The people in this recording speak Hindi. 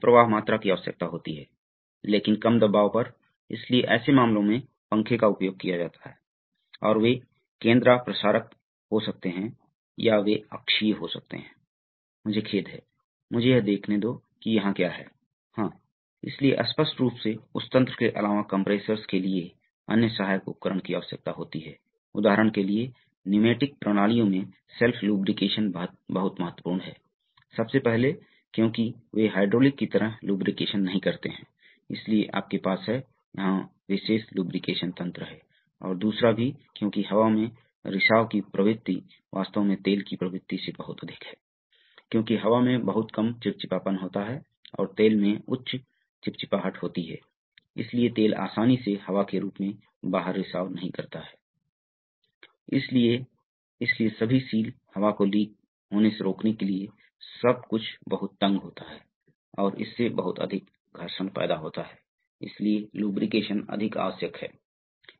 अब हम सर्वो वाल्वों पर आते हैं वे आम तौर पर विमानन अनुप्रयोगों के लिए विकसित किए गए थे क्योंकि विमानन में आपको बहुत सटीक चालें चलनी होती हैं इसमें से बहुत भारी भार के खिलाफ विमान के इस नियंत्रण सतहों का जो वायुगतिकीय है जिसकी वजह से विमान वायुमंडल के माध्यम में भारी गति से आगे बढ़ रहा है इसलिए उच्च भार के खिलाफ सटीक गति का निर्माण किया जाना है इन उद्देश्यों के लिए सर्वो वाल्वों को मूल रूप से विकसित किया गया है यह कुल बंद लूप नियंत्रण तकनीक है आप नहीं चाहते हैं विशेषता बदलने की सब कुछ बहुत ही अच्छी तरह से है आपके पास उच्च शक्ति वजन अनुपात के लिए इलेक्ट्रिक ड्राइव सटीकता कंप्यूटिंग इंटरफ़ेस लचीलापन प्रोग्रामबिलिटी और हाइड्रोलिक्स जैसे पिछले सभी फायदे हैं